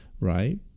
Right